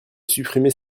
supprimer